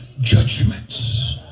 judgments